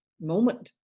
moment